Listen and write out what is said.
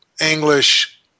English